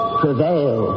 prevail